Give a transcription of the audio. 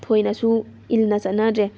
ꯊꯣꯏꯅꯁꯨ ꯏꯟꯅ ꯆꯠꯅꯗ꯭ꯔꯦ